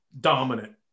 dominant